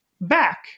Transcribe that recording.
back